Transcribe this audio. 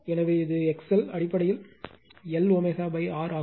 எனவே இது XL அடிப்படையில் Lω R ஆகும்